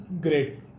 great